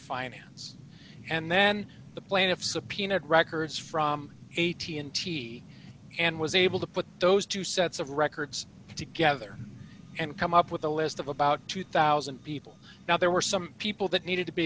finance and then the plaintiff subpoenaed records from a t n t and was able to put those two sets of records together and come up with a list of about two thousand people now there were some people that needed to be